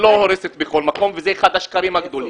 לא הורסת בכל מקום וזה אחד השקרים הגדולים.